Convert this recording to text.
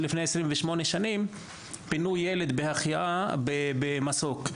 שלפני 28 שנים פינו ילד בהחייאה במסוק.